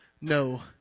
no